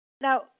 now